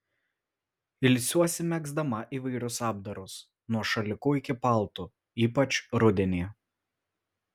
ilsiuosi megzdama įvairius apdarus nuo šalikų iki paltų ypač rudenį